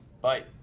Bye